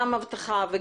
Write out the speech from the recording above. גם אבטחה,